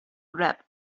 grab